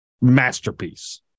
masterpiece